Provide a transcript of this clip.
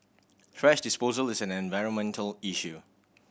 thrash disposal is an environmental issue